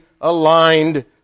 aligned